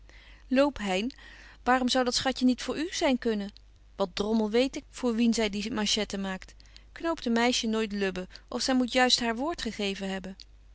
loop hein waarom zou dat schatje niet voor u zyn kunnen wat drommel weet ik voor wien zy die manchetten maakt knoopt een meisje nooit lubben of zy moet juist haar woord gegeven hebben